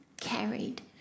carried